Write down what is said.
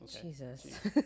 jesus